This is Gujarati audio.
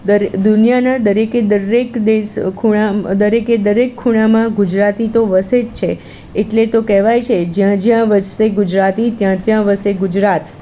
દુનિયાનાં દરેકે દરેક દેશ દરેકે દરેક ખૂણામાં ગુજરાતી તો વસે જ છે એટલે તો કહેવાય છે જ્યાં જ્યાં વસે ગુજરાતી ત્યાં ત્યાં વસે ગુજરાત